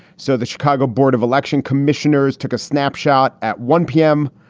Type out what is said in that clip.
so the chicago board of election commissioners took a snapshot at one p m.